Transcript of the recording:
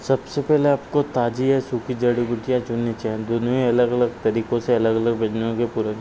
सबसे पहले आपको ताजी या सूखी जड़ी बूटियाँ चुननी चाहिए दोनों ही अलग अलग तरीकों से अलग अलग व्यंजनों के पूर्ण